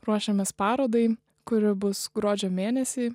ruošiamės parodai kuri bus gruodžio mėnesį